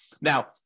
now